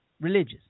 Religious